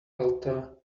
alta